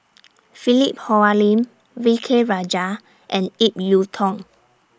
Philip Hoalim V K Rajah and Ip Yiu Tung